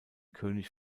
könig